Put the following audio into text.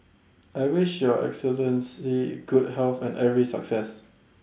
I wish your Excellency the good health and every success